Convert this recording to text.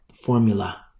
formula